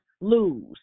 lose